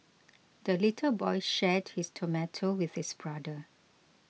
the little boy shared his tomato with his brother